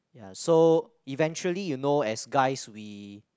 ya so eventually you know as guys we